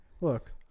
Look